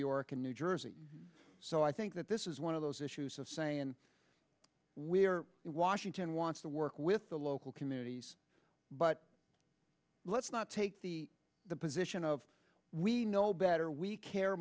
york in new jersey so i think that this is one of those issues of saying we're in washington wants to work with the local communities but let's not take the the position of we know better we care